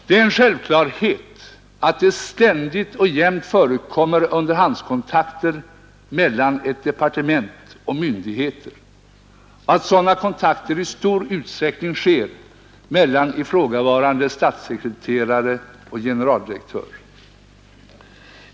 Det är en självklarhet att det ständigt och jämt förekommer underhandskontakter mellan departement och myndigheter och att sådana kontakter i stor utsträckning sker mellan ifrågavarande statssekreterare och generaldirektör.